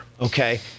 okay